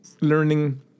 learning